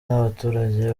n’abaturage